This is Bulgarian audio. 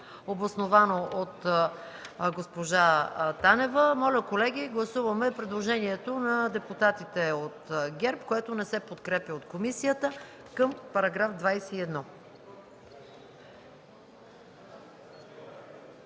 обосновано от госпожа Танева. Моля, колеги, гласуваме предложението на депутатите от ГЕРБ по § 21, което не се подкрепя от комисията. Гласували